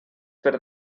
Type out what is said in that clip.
per